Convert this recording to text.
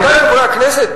עמיתי חברי הכנסת,